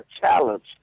challenge